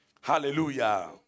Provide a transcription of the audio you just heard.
Hallelujah